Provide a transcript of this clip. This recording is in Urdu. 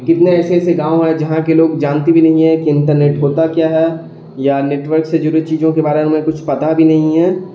کتنے ایسے ایسے گاؤں ہیں جہاں کے لوگ جانتے بھی نہیں ہے کہ انٹرنیٹ ہوتا کیا ہے یا نیٹورک سے جڑی چیزوں کے بارے میں کچھ پتہ بھی نہیں ہے